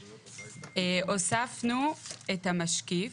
הוספנו את המשקיף.